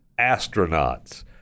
astronauts